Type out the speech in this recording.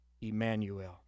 Emmanuel